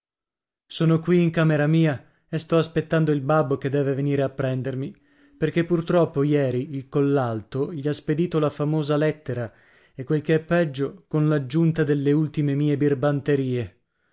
sono qui in camera mia e sto aspettando il babbo che deve venire a prendermi perché purtroppo ieri il collalto gli ha spedito la famosa lettera e quel che è peggio con l'aggiunta delle ultime mie birbanterie